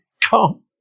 come